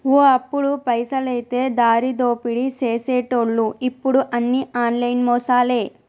ఓ అప్పుడు పైసలైతే దారిదోపిడీ సేసెటోళ్లు ఇప్పుడు అన్ని ఆన్లైన్ మోసాలే